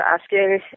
asking